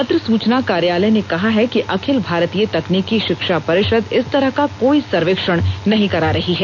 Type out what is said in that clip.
पत्र सूचना कार्यालय ने कहा है कि अखिल भारतीय तकनीकी शिक्षा परिषद इस तरह का कोई सर्वेक्षण नहीं करा रही है